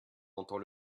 entend